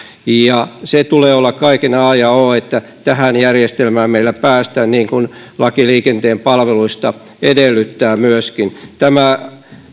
sen tulee olla kaiken a ja o että tähän järjestelmään meillä päästään mitä laki liikenteen palveluista edellyttää myöskin tämä